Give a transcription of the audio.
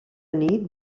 nit